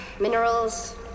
minerals